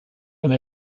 eine